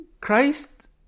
Christ